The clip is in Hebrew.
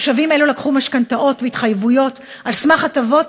תושבים אלו לקחו משכנתאות והתחייבויות על סמך הטבות